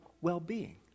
well-being